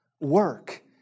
work